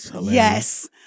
yes